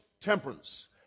temperance